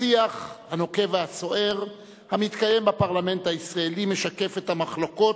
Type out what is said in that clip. השיח הנוקב והסוער המתקיים בפרלמנט הישראלי משקף את המחלוקות,